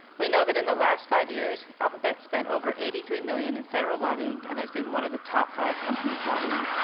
we know that in the last five years, alphabet spent over eighty three million dollars in federal lobbying and has been one of the top five companies lobbying.